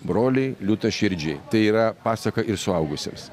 broliai liūtaširdžiai tai yra pasaka ir suaugusiems